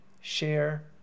share